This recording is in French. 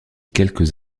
quelques